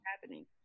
happening